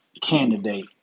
candidate